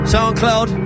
SoundCloud